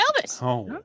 Elvis